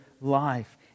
life